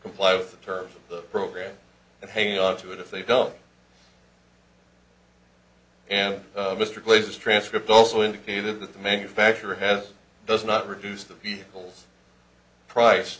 comply with the terms of the program and hang on to it if they don't and mr glazer's transcript also indicated that the manufacturer has does not reduce the vehicle's price